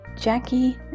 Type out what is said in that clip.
Jackie